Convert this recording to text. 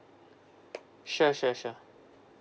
sure sure sure